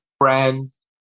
friends